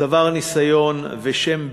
צבר ניסיון ושם בין-לאומי.